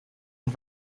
und